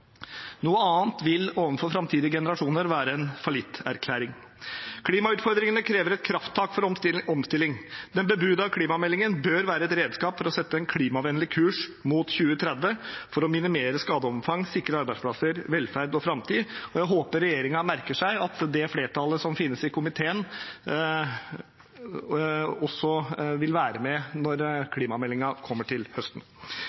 Noe annet vil være en fallitterklæring overfor framtidige generasjoner. Klimautfordringene krever et krafttak for omstilling. Den bebudede klimameldingen bør være et redskap for å sette en klimavennlig kurs mot 2030 for å minimere skadeomfang og sikre arbeidsplasser, velferd og framtid. Jeg håper regjeringen merker seg at flertallet som finnes i komiteen, også vil være med når klimameldingen kommer til høsten.